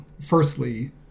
Firstly